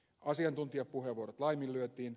asiantuntijapuheenvuorot laiminlyötiin